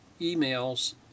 emails